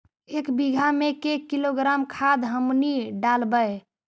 एक बीघा मे के किलोग्राम खाद हमनि डालबाय?